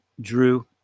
Drew